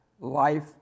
life